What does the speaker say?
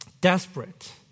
desperate